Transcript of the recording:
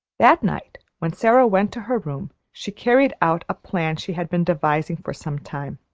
that night when sara went to her room she carried out a plan she had been devising for some time.